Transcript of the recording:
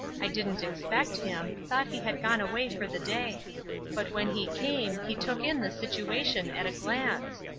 i didn't expect him, thought he had gone away for the day but when he came he took in the situation at a glance.